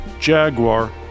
Jaguar